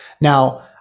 Now